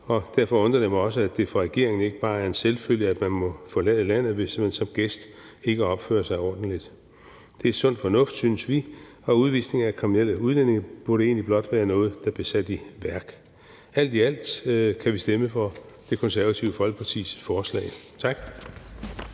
Derfor undrer det mig også, at det for regeringen ikke bare er en selvfølge, at man må forlade landet, hvis man som gæst ikke opfører sig ordentligt. Det er sund fornuft, synes vi, og udvisning af kriminelle udlændinge burde egentlig blot være noget, som blev sat i værk. Alt i alt kan vi stemme for Det Konservative Folkepartis forslag. Tak.